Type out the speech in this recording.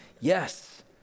Yes